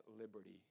liberty